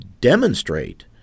demonstrate